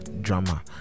drama